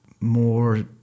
more